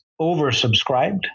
oversubscribed